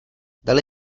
dali